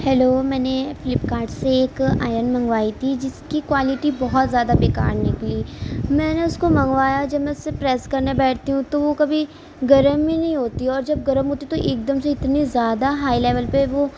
hello میں نے Flipkart سے ایک آئرن منگوائی تھی جس کی کوالیٹی بہت زیادہ بےکار نکلی میں نے اس کو منگوایا جب میں اس سے پریس کرنے بیٹھتی ہوں تو وہ کبھی گرم ہی نہیں ہوتی اور جب گرم ہوتی تو ایک دم سے اتنے زیادہ ہائی لیول پہ وہ